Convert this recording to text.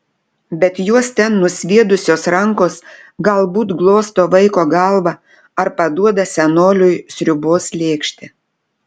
bet juos ten nusviedusios rankos galbūt glosto vaiko galvą ar paduoda senoliui sriubos lėkštę